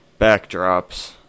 backdrops